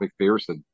McPherson